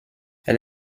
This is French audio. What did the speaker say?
elle